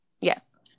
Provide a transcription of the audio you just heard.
Yes